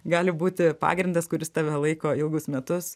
gali būti pagrindas kuris tave laiko ilgus metus